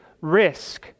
risk